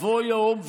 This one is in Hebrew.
ויבוא יום,